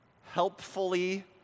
helpfully